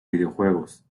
videojuegos